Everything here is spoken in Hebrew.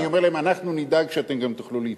אני אומר להם: אנחנו נדאג שאתם גם תוכלו להתחתן.